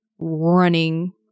running